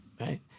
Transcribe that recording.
right